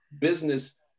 business